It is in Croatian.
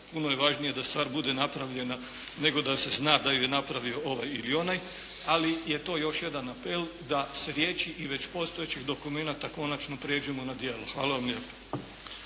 puno je važnije da stvar bude napravljena nego da se zna da ju je napravio ovaj ili onaj. Ali je to još jedan apel da s riječ i već postojećih dokumenata konačno prijeđemo na djelo. Hvala vam lijepo.